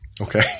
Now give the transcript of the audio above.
Okay